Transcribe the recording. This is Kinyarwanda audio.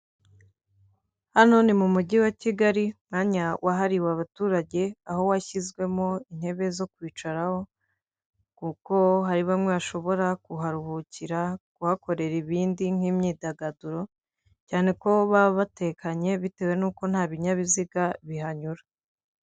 Hano ni mu mujyi wa kigali umwanya wahariwe abaturage aho washyizwemo intebe zo kwicaraho kuko hari bamwe bashobora kuharuhukira kuhakorera ibindi nk'imyidagaduro cyane ko baba batekanye bitewe n'uko nta binyabiziga bihanyura.